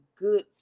good